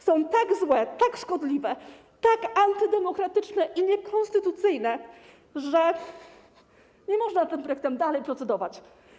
Są tak złe, tak szkodliwe, tak antydemokratyczne i niekonstytucyjne, że nie można nad tym projektem dalej procedować.